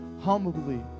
humbly